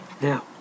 Now